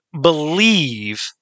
believe